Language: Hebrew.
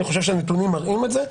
אני חושב שהנתונים מראים את זה.